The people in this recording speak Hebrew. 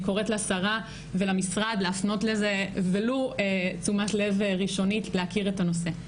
אני קוראת לשרה ולמשרד להפנות לזה ולו תשומת לב ראשונית להכיר את הנושא.